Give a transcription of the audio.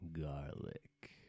Garlic